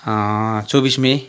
चौबिस मई